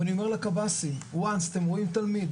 ואני אומר לקב"ס ONCE אתם רואים תלמיד